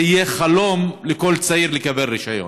זה יהיה חלום לכל צעיר, לקבל רישיון.